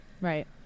Right